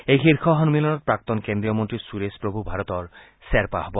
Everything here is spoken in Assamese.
এই শীৰ্ষ সন্মিলনত প্ৰাক্তন কেন্দ্ৰীয় মন্ত্ৰী সূৰেশ প্ৰভূ ভাৰতৰ শ্বেৰপা হব